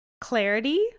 clarity